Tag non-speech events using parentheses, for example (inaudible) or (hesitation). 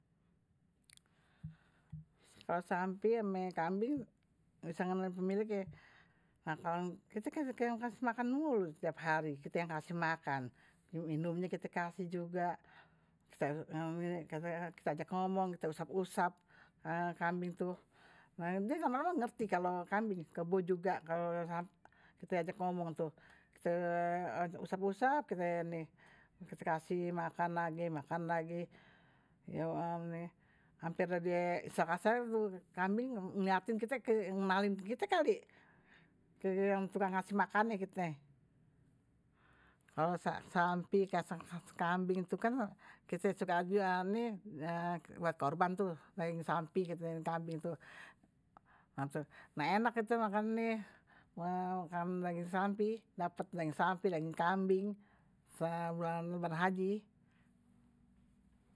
Kalau sampi sama kambing bisa mengenai pemilik ya, kite kasih makan mulut setiap hari, kite yang kasih makan, minumnya kite kasih juga, kite ajak ngomong, kite usap-usap, kambing tuh. Nah, die lama lama kan ngerti kalau kambing kebo juga kalau kite ajak ngomong tuh, kite usap-usap, kite (hesitation) kasih makan lagi, makan lagi, kambing ngeliatin kite, ngenalin kite kali, kite yang tukang kasih makan nye kite. Kalau sampi, kambing tu kan kite suka (hesitation) buat korban tuh, lagi sampi, kambing tuh. Nah, enak tu makan nih. (hesitation) kambing daging sampi, dapat daging sampi. daging kambing, (hesitation) lebaran berhaji.